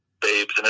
babes